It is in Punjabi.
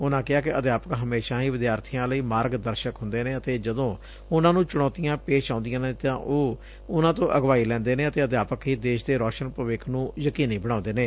ਉਨੂਾ ਕਿਹਾ ਕਿ ਅਧਿਆਪਕ ਹਮੇਸ਼ਾ ਹੀ ਵਿਦਿਆਰਥੀਆਂ ਲਈ ਮਾਰਗ ਦਰਸ਼ਕ ਹੁੰਦੇ ਨੇ ਅਤੇ ਜਦੋਂ ਉਨੂਾ ਨੂੰ ਚੁਣੌਤੀਆਂ ਪੇਸ਼ ਆਉਂਦੀਆਂ ਨੇ ਤਾਂ ਉਹ ਉਨੂਾਂ ਤੋਂ ਅਗਵਾਈ ਲੈਂਦੇ ਨੇ ਅਤੇ ਅਧਿਆਪਕ ਹੀ ਦੇਸ਼ ਦੇ ਰੌਸ਼ਨ ਭਵਿੱਖ ਨੂੰ ਯਕੀਨੀ ਬਣਾਉਂਦੇ ਨੇ